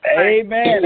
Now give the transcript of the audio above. Amen